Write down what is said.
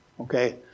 Okay